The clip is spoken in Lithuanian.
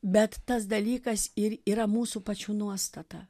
bet tas dalykas ir yra mūsų pačių nuostata